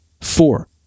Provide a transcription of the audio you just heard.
Four